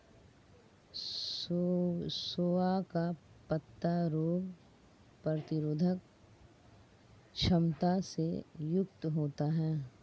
सोआ का पत्ता रोग प्रतिरोधक क्षमता से युक्त होता है